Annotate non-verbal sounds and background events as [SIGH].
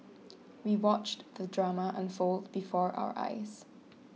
[NOISE] we watched the drama unfold before our eyes